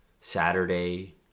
Saturday